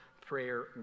prayer